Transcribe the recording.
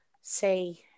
say